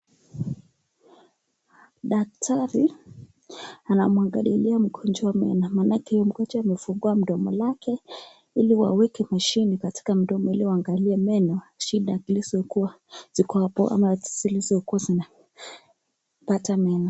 Daktari anamwangalilia mgonjwa meno, manake mgonjwa amefungua mdomo lake ili waweke machine katika mdomo ili waangalie meno, shida zilizokuwa ziko hapo ama zilizokuwa zinapata meno.